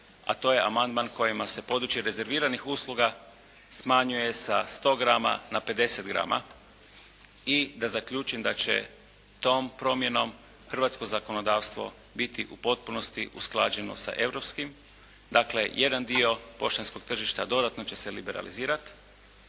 a to je amandman kojima se područje rezerviranih usluga smanjuje sa 100 grama na 50 grama. I da zaključim da će tom promjenom hrvatsko zakonodavstvo biti u potpunosti usklađeno sa europskim. Dakle, jedan dio poštanskog tržišta dodatno će se liberalizirati,